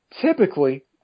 typically